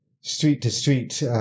street-to-street